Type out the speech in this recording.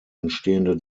entstehende